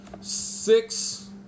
Six